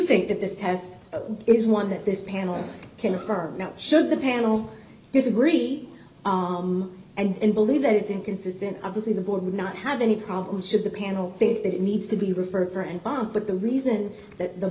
think that this test is one that this panel can affirm now should the panel disagree and believe that it's inconsistent obviously the board would not have any problem should the panel think that it needs to be referred for and bump but the reason that the